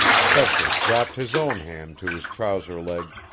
fetcher dropped his own hand to his trouser leg,